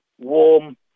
warm